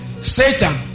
Satan